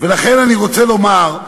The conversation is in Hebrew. ולכן אני רוצה לומר,